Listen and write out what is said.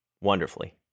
wonderfully